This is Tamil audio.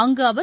அங்கு அவர்